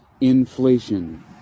inflation